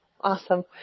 Awesome